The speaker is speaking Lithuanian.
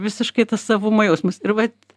visiškai tas savumo jausmas ir vat